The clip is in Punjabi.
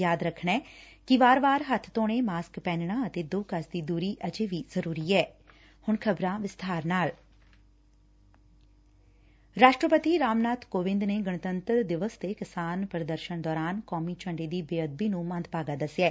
ਯਾਦ ਰੱਖਣਾ ਏ ਕਿ ਵਾਰ ਵਾਰ ਹੱਬ ਧੋਣੇ ਮਾਸਕ ਪਹਿਨਣਾ ਤੇ ਦੋ ਗਜ਼ ਦੀ ਦੁਰੀ ਅਜੇ ਵੀ ਜ਼ਰੁਰੀ ਹੈ ਰਾਸ਼ਟਰਪਤੀ ਰਾਮ ਨਾਥ ਕੋਵਿੰਦ ਨੇ ਗਣਤੰਤਰ ਦਿਵਸ ਤੇ ਕਿਸਾਨ ਪ੍ਦਰਸ਼ਨ ਦੋਰਾਨ ਕੌਮੀ ਝੰਡੇ ਦੀ ਬੇਅਦਬੀ ਨੂੰ ਮੰਦਭਾਗਾ ਦਸਿਐ